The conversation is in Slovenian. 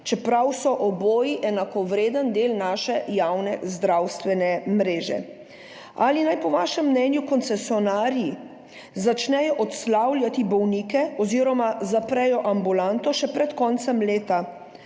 čeprav so oboji enakovreden del naše javne zdravstvene mreže? Ali naj po vašem mnenju koncesionarji začnejo odslavljati bolnike oziroma zaprejo ambulanto še pred koncem leta,